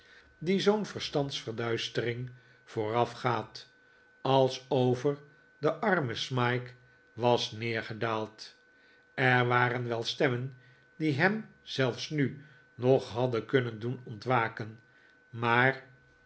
die zoo'n verstands verduistering voorafgaat als over den armen smike was neergedaald er waren wel stemmen die hem zelfs nu nog hadden kunnen doen ontwaken maar